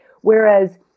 Whereas